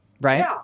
right